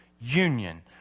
Union